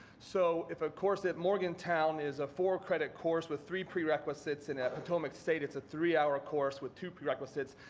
so if a course at morgantown is a four credit course with three prerequisites and at potomac state, it's a three hour course with two prerequisites,